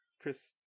Chris